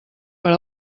per